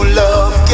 love